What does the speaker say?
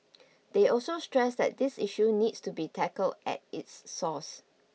they also stressed that this issue needs to be tackled at its source